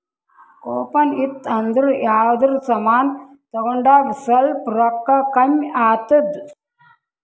coupon ಇತ್ತು ಅಂದುರ್ ಯಾವ್ದರೆ ಸಮಾನ್ ತಗೊಂಡಾಗ್ ಸ್ವಲ್ಪ್ ರೋಕ್ಕಾ ಕಮ್ಮಿ ಆತ್ತುದ್